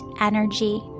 energy